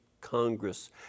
Congress